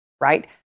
right